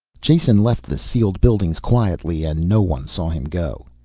jason left the sealed buildings quietly and no one saw him go.